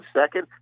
second